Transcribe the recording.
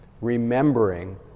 remembering